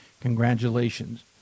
Congratulations